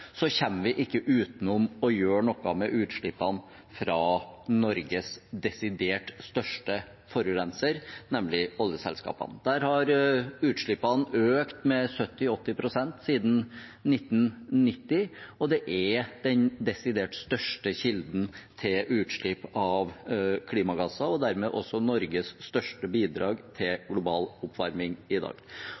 vi ikke utenom å gjøre noe med utslippene fra Norges desidert største forurenser, nemlig oljeselskapene. Der har utslippene økt med 70–80 pst. siden 1990, og det er den desidert største kilden til utslipp av klimagasser og dermed også Norges største bidrag til global oppvarming i dag.